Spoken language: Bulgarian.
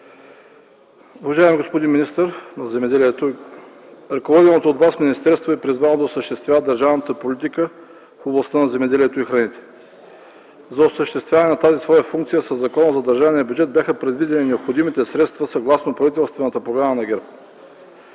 Уважаеми господин министър на земеделието, ръководеното от Вас министерство е призвано да осъществява държавната политика в областта на земеделието и храните. За осъществяване на тази своя функция със Закона за държавния бюджет бяха предвидени необходимите средства съгласно правителствената програма на ГЕРБ.